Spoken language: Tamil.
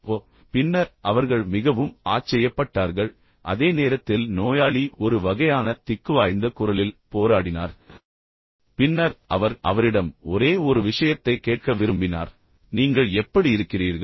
ஓ பின்னர் அவர்கள் மிகவும் ஆச்சரியப்பட்டார்கள் அதே நேரத்தில் நோயாளி ஒரு வகையான திக்குவாய்ந்த குரலில் போராடினார் பின்னர் அவர் அவரிடம் ஒரே ஒரு விஷயத்தைக் கேட்க விரும்பினார் நீங்கள் எப்படி இருக்கிறீர்கள்